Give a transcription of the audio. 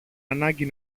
ανάγκη